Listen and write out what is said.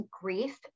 grief